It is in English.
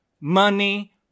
money